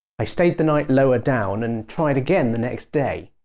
i stayed the night lower down and tried again the next day.